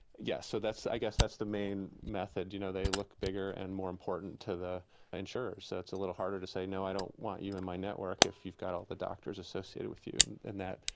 yes. so that's, i guess that's the main method. you know, they look bigger and more important to the insurers, so it's a little harder to say, no, i don't want you in my network if you've got all the doctors associated with you. and and that,